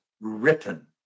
written